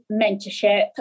mentorship